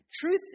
truth